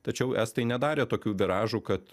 tačiau estai nedarė tokių viražų kad